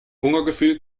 hungergefühl